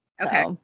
Okay